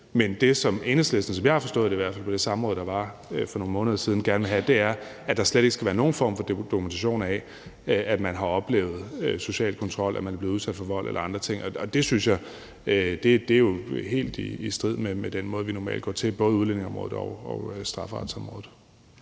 fald sådan som jeg forstod det på det samråd, der var for nogle måneder siden – er, at der slet ikke skal være nogen form for dokumentation af, at man har oplevet social kontrol, at man er blevet udsat for vold eller andre ting. Det synes jeg er helt i strid med den måde, vi normalt går til både udlændingeområdet og strafferetsområdet.